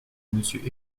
monsieur